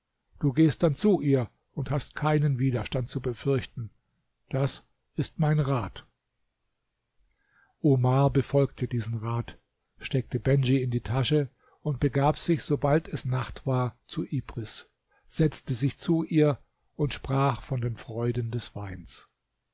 du gehst dann zu ihr und hast keinen widerstand zu befürchten das ist mein rat omar befolgte diesen rat steckte bendj in die tasche und begab sich sobald es nacht war zu ibris setzte sich zu ihr und sprach von den freuden des weins